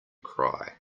cry